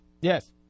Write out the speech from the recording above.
Yes